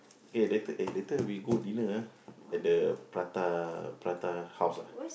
okay later eh later we go dinner [ah]at the prata prata house ah